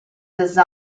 design